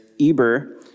Eber